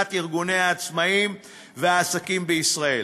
לשכת ארגוני העצמאים והעסקים בישראל.